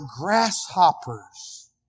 grasshoppers